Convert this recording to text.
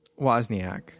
Wozniak